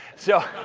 so